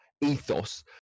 ethos